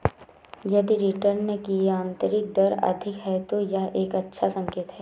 यदि रिटर्न की आंतरिक दर अधिक है, तो यह एक अच्छा संकेत है